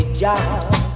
job